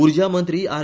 उर्जा मंत्री आर